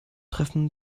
treffen